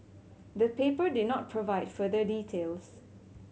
the paper did not provide further details